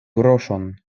groŝon